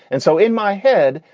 and so in my head,